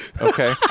okay